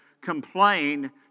complain